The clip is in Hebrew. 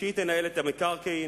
והיא תנהל את המקרקעין,